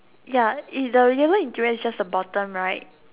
ya is the label interior is just the bottom right